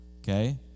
Okay